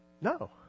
no